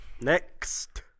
Next